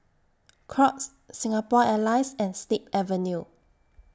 Crocs Singapore Airlines and Snip Avenue